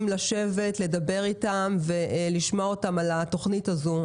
לשבת לדבר איתם ולשמוע על התוכנית הזו.